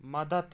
مدد